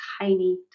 tiny